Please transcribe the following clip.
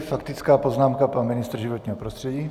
Faktická poznámka, pan ministr životního prostředí.